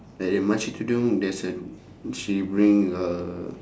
like the makcik tudung there's a she bring her